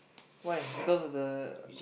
why because of the